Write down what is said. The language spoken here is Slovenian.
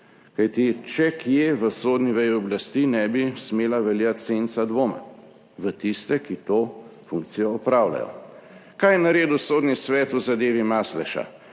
Kajti če kje, v sodni veji oblasti ne bi smela veljati senca dvoma o tistih, ki to funkcijo opravljajo. Kaj je naredil Sodni svet v zadevi Masleša?